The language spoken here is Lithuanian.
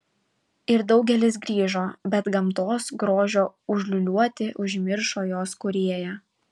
ir daugelis grįžo bet gamtos grožio užliūliuoti užmiršo jos kūrėją